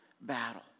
battle